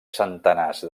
centenars